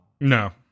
No